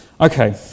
Okay